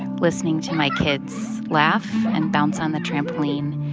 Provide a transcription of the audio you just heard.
listening to my kids laugh and bounce on the trampoline.